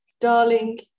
darling